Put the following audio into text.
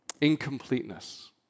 incompleteness